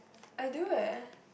I do eh